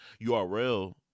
URL